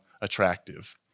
attractive